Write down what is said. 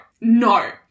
no